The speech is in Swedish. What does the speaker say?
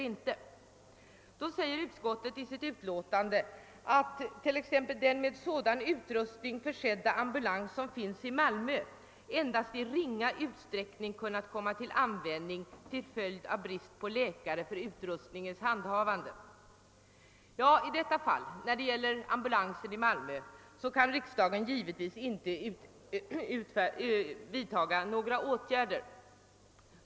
Utskottet skriver i sitt utlåtande att »den med sådan utrustning försedda ambulans, som sedan en tid finns i Malmö ——— endast i ringa utsträckning kunnat komma till användning till följd av brist på läkare för utrustningens handhavande«. När det gäller ambulansen i Malmö kan riksdagen givetvis inte vidta några åtgärder.